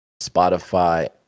Spotify